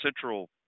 Central